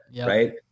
right